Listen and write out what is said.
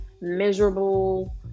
miserable